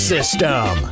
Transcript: System